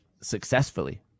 successfully